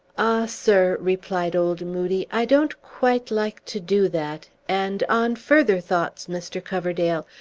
sir, replied old moodie, i don't quite like to do that and, on further thoughts, mr. coverdale,